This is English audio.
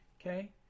Okay